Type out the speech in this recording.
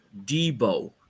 Debo